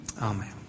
Amen